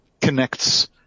connects